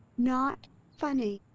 not funny.